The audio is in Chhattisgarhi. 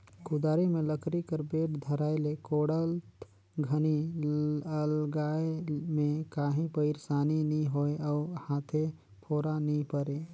कुदारी मे लकरी कर बेठ धराए ले कोड़त घनी अलगाए मे काही पइरसानी नी होए अउ हाथे फोरा नी परे